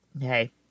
hey